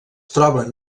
troben